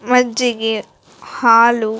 ಮಜ್ಜಿಗೆ ಹಾಲು